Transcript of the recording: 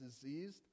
diseased